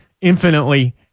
infinitely